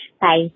Bye